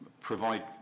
provide